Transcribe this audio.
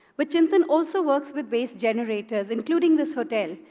but chintan also works with waste generators, including this hotel,